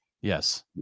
Yes